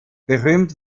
berühmt